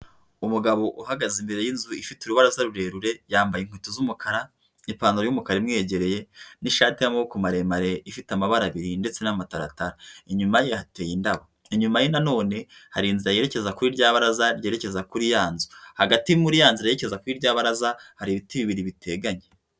Umugabo uhagaze imbere y'inzu ifite urubaraza rurerure yambaye inkweto z'umukara, ipantalo y'umukara imwegereye n'ishati y'amaboko maremare ifite amabara abiri ndetse n'amatarata inyuma ye hateye indabo, inyuma ye na none hari inzira yerekeza kuri rya bararaza ryerekeza kuri ya nzu, hagati muri ya nzira yerekeza kuri rya bararaza hari ibiti bibiri biteganye.